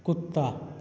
कुत्ता